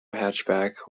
hatchback